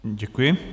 Děkuji.